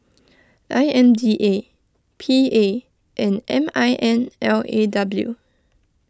I M D A P A and M I N L A W